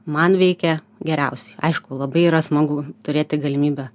man veikia geriausiai aišku labai yra smagu turėti galimybę